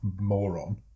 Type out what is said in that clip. Moron